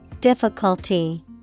Difficulty